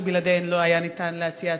שבלעדיהן לא היה ניתן להציע הצעות.